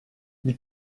ils